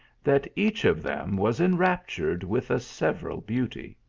that each of them was enraptured with a several beauty.